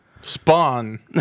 Spawn